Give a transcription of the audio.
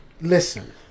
Listen